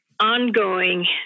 Ongoing